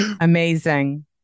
amazing